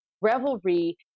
revelry